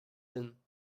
hin